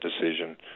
decision